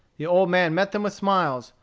the old man met them with smiles,